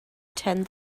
attend